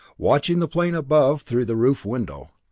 watching the plane above through the roof window.